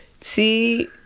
See